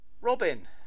Robin